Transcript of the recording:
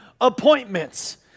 appointments